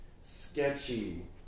sketchy